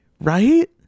right